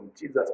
Jesus